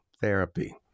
therapy